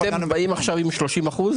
אתם באים עכשיו עם 30%?